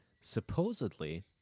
Supposedly